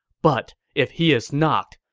but if he is not,